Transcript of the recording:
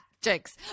Jinx